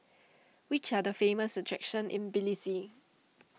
which are the famous attractions in Tbilisi